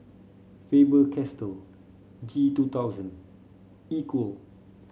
Faber Castell G two thousand Equal